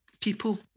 people